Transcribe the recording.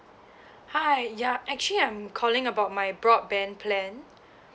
hi ya actually I'm calling about my broadband plan